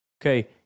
Okay